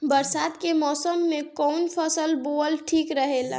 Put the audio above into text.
बरसात के मौसम में कउन फसल बोअल ठिक रहेला?